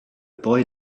boy